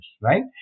right